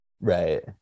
Right